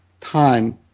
time